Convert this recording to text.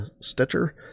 Stitcher